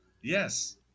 Yes